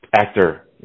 actor